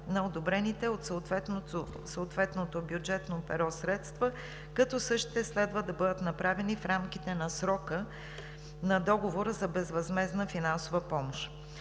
на одобрените от съответното бюджетно перо средства, като същите следва да бъдат направени в рамките на срока на Договора за безвъзмездна финансова помощ.